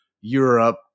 Europe